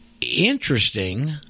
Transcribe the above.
Interesting